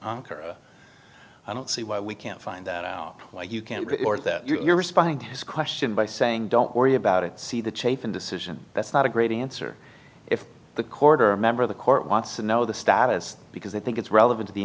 car i don't see why we can't find out why you can't ignore that you're responding to his question by saying don't worry about it see the chafing decision that's not a great answer the corridor a member of the court wants to know the status because they think it's relevant to the